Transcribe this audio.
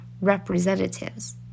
representatives